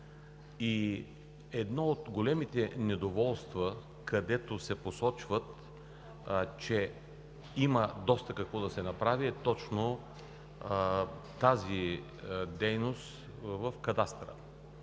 Едно от големите недоволства, където се посочва, че има доста какво да се направи, е точно тази дейност в Кадастъра.